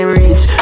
rich